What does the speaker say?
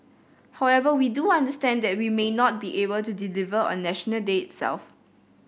however we do understand that we may not be able to deliver on National Day itself